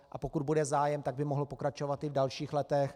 A pokud bude zájem, tak by mohl pokračovat i v dalších letech.